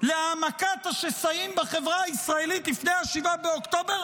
להעמקת השסעים בחברה הישראלית לפני 7 באוקטובר